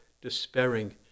despairing